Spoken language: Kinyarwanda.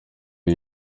iyo